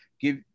give